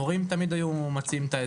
המורים תמיד הציעו עזרה,